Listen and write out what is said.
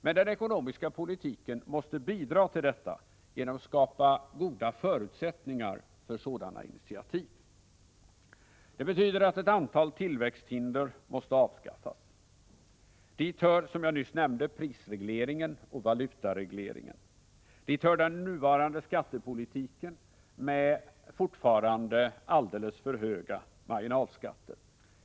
Men den ekonomiska politiken måste bidra till detta genom att skapa goda förutsättningar för sådana initiativ. Det betyder att ett antal tillväxthinder måste avskaffas. Dit hör, som jag nyss nämnde, prisregleringen och valutaregleringen. Dit hör den nuvarande skattepolitiken med fortfarande alldeles för höga marginalskatter.